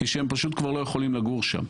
היא שהם פשוט כבר לא יכולים לגור שם.